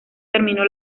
terminó